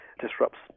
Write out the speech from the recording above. disrupts